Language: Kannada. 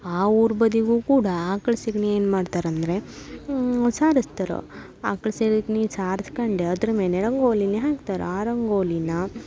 ಆ ಊರ ಬದಿಗೂ ಕೂಡ ಆಕ್ಳ ಸೆಗಣಿ ಏನು ಮಾಡ್ತಾರಂದರೆ ಸಾರಸ್ತಾರೆ ಆಕ್ಳ ಸೆಗ್ಣಿ ಸಾರ್ಸ್ಕಂಡು ಅದ್ರ ಮೇಲೆ ರಂಗೋಲಿನ ಹಾಕ್ತರೆ ಆ ರಂಗೋಲಿನ